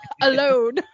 alone